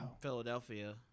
Philadelphia